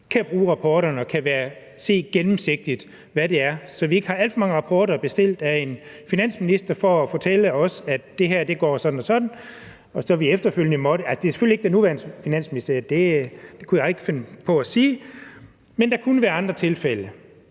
kan bruge rapporterne og få gennemsigtighed i dem og se dem, så vi ikke har alt for mange rapporter bestilt af en finansminister for at fortælle os, at det her går sådan og sådan. Det er selvfølgelig ikke den nuværende finansminister, det kunne jeg ikke finde på at sige, men der kunne være andre tilfælde.